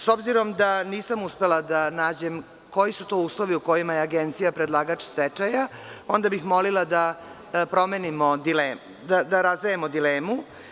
S obzirom da nisam uspela da nađem koji su to uslovi u kojim je Agencija predlagač stečaja, onda bih molila da razjasnimo dilemu.